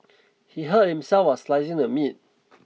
he hurt himself while slicing the meat